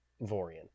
Vorian